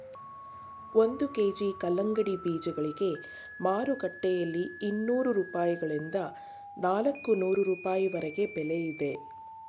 ಒಂದು ಕೆ.ಜಿ ಕಲ್ಲಂಗಡಿ ಬೀಜಗಳಿಗೆ ಮಾರುಕಟ್ಟೆಯಲ್ಲಿ ಇನ್ನೂರು ರೂಪಾಯಿಗಳಿಂದ ನಾಲ್ಕನೂರು ರೂಪಾಯಿವರೆಗೆ ಬೆಲೆ ಇದೆ